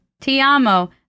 Tiamo